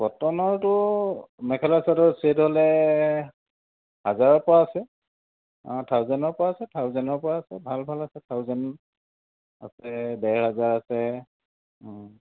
কটনৰতো মেখেলা চাদৰ চেট হ'লে হাজাৰৰ পৰা আছে থাউজেণ্ডৰ পৰা আছে থাউজেণ্ডৰ পৰা আছে ভাল ভাল আছে থাউজেণ্ড আছে ডেৰ হাজাৰ আছে